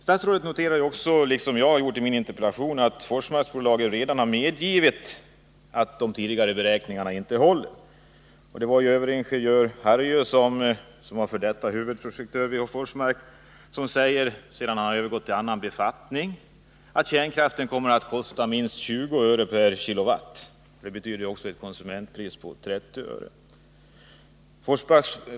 Statsrådet noterar, liksom jag gjort i min interpellation, att Forsmarksbolaget redan har medgivit att tidigare beräkningar inte håller. Överingenjör Bengt Hargö, f. d. huvudprojektör för Forsmark, säger, sedan han övergått till annan befattning, att kärnkraften kommer att kosta minst 20 öre kWh.